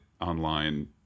online